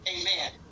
Amen